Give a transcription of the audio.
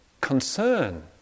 concern